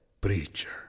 Preacher